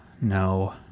No